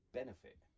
benefit